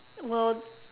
will